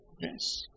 Yes